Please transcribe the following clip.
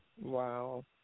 Wow